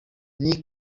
nick